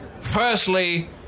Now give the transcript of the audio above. Firstly